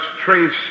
trace